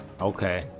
okay